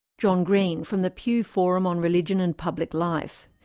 john green from the pew forum on religion and public life.